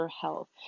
health